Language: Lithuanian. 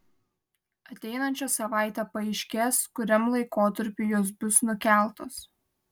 ateinančią savaitę paaiškės kuriam laikotarpiui jos bus nukeltos